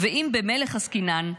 "ואם במלך עסקינן,